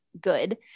good